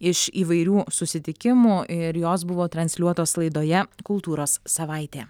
iš įvairių susitikimų ir jos buvo transliuotos laidoje kultūros savaitė